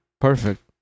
Perfect